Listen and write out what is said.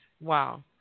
wow